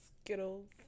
Skittles